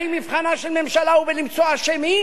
האם מבחנה של ממשלה הוא למצוא אשמים